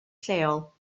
lleol